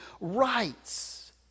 rights